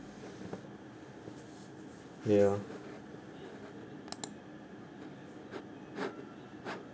ya